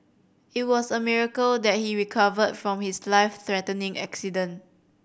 it was a miracle that he recovered from his life threatening accident